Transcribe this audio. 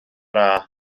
haf